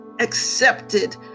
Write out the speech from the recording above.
accepted